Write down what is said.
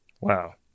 Wow